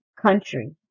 country